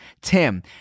Tim